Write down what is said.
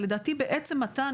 אבל לדעתי בעצם מתן